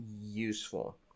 useful